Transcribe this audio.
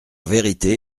vérité